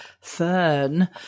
Fern